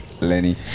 Lenny